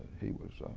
he was